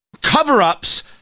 Cover-ups